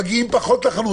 מגיעים פחות לחנות.